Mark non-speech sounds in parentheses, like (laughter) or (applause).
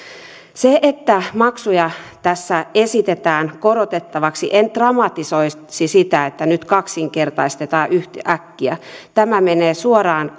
sitä että maksuja tässä esitetään korotettavaksi en dramatisoisi että nyt kaksinkertaistetaan yhtäkkiä tämä menee suoraan (unintelligible)